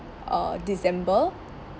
uh december